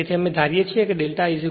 તેથી અમે ધારીએ છીએ δ 0